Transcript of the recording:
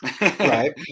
right